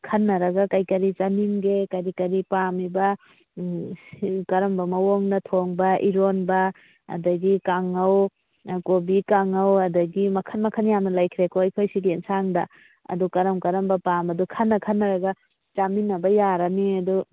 ꯈꯟꯅꯔꯒ ꯀꯔꯤ ꯀꯔꯤ ꯆꯥꯅꯤꯡꯒꯦ ꯀꯔꯤ ꯀꯔꯤ ꯄꯥꯝꯃꯤꯕ ꯀꯔꯝꯕ ꯃꯑꯣꯡꯗ ꯊꯣꯡꯕ ꯏꯔꯣꯟꯕ ꯑꯗꯨꯗꯒꯤ ꯀꯥꯡꯉꯧ ꯀꯣꯕꯤ ꯀꯥꯡꯉꯧ ꯑꯗꯨꯗꯒꯤ ꯃꯈꯜ ꯃꯈꯜ ꯌꯥꯝꯅ ꯂꯩꯈ꯭ꯔꯦꯀꯣ ꯑꯩꯈꯣꯏ ꯁꯤꯒꯤ ꯌꯦꯟꯁꯥꯡꯗ ꯑꯗꯨ ꯀꯔꯝ ꯀꯔꯝꯕ ꯄꯥꯝꯕꯗꯨ ꯈꯟꯅ ꯈꯟꯅꯔꯒ ꯆꯥꯃꯤꯟꯅꯕ ꯌꯥꯔꯅꯤ ꯑꯗꯨ